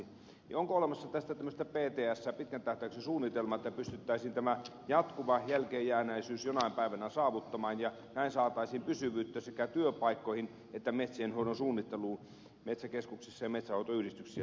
onko olemassa tästä tämmöistä ptsää pitkän tähtäyksen suunnitelmaa että pystyttäisiin tämä jatkuva jälkeenjääneisyys jonain päivänä korjaamaan ja näin saataisiin pysyvyyttä sekä työpaikkoihin että metsien hoidon suunnitteluun metsäkeskuksissa ja metsänhoitoyhdistyksissä